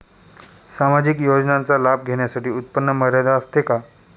सामाजिक योजनांचा लाभ घेण्यासाठी उत्पन्न मर्यादा असते का?